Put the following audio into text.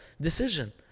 decision